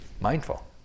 mindful